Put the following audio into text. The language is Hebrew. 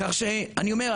כך שאני אומר,